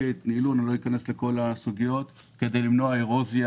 וניילון לא אכנס לכל הסוגיות כדי למנוע ארוזיה